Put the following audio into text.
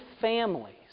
families